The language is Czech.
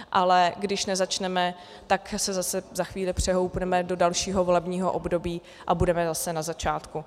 Ale když nezačneme, tak se zase za chvíli přehoupneme do dalšího volebního období a budeme zase na začátku.